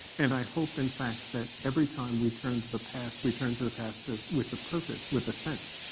and i hope, in fact, that every time we turn to the past, we turn to the past ah with a purpose, with a sense,